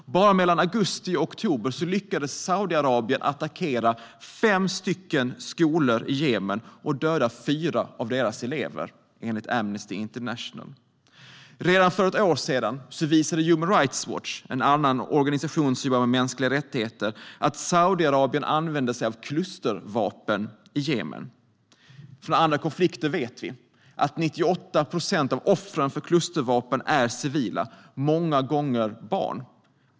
Bara mellan augusti och oktober lyckades Saudiarabien attackera fem skolor i Jemen och döda fyra av deras elever enligt Amnesty International. Strategisk export-kontroll 2015 - krigsmateriel och produkter med dubbla användningsområden Redan för ett år sedan visade Human Rights Watch, en annan organisation som jobbar med mänskliga rättigheter, att Saudiarabien använder sig av klustervapen i Jemen. Från andra konflikter vet vi att 98 procent av offren för klustervapen är civila och många gånger barn.